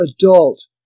adult